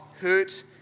hurt